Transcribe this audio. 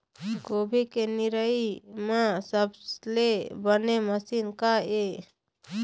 गोभी के निराई बर सबले बने मशीन का ये?